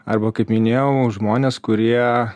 arba kaip minėjau žmonės kurie